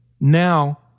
Now